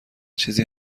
چیزی